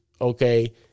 okay